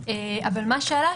אבל מה שעלה,